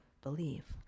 believe